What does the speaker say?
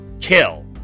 kill